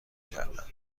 کردن